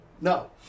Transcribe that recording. No